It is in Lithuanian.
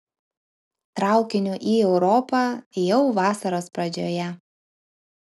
traukiniu į europą jau vasaros pradžioje